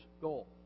goal